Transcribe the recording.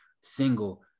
single